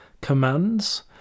commands